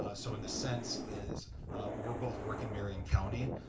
so in the sense that we're both working marion county,